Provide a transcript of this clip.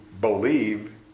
believe